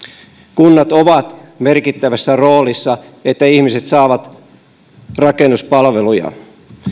kunnat ovat merkittävässä roolissa siinä että ihmiset saavat rakennuspalveluja